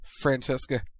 Francesca